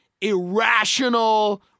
irrational